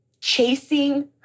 chasing